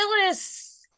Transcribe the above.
Phyllis